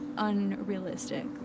unrealistic